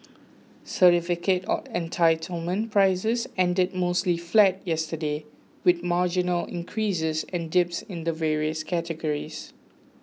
certificate of Entitlement prices ended mostly flat yesterday with marginal increases and dips in the various categories